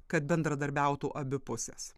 kad bendradarbiautų abi pusės